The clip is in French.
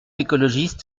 écologiste